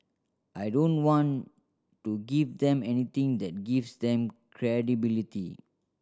I don't want to give them anything that gives them credibility